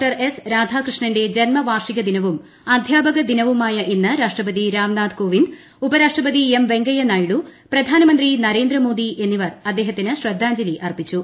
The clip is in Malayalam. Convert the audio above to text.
് എസ് രാധാകൃഷ്ണന്റെ ജന്മവാർഷിക ദിനവും അധ്യാപകദിനവുമായ ഇന്ന് രാഷ്ട്രപതി രാംനാഥ് കോവിന്ദ് ഉപരാഷ്ട്രപതി എം വെങ്കയ്യ നായിഡു പ്രധാനമന്ത്രി നരേന്ദ്രമോദി എന്നിവർ അദ്ദേഹത്തിന് ശ്രദ്ധാജ്ഞലി അർപ്പിച്ചു